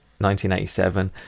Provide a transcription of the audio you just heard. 1987